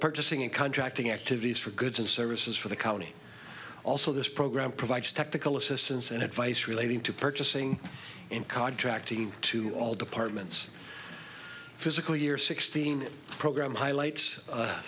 purchasing and contracting activities for goods and services for the company also this program provides technical assistance and advice relating to purchasing and contracting to all departments physical year sixteen program highlights